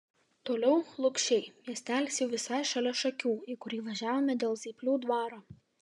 toliau lukšiai miestelis jau visai šalia šakių į kurį važiavome dėl zyplių dvaro